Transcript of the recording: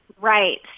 right